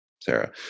Sarah